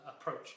approach